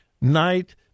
night